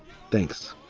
thanks.